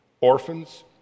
orphans